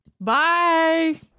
Bye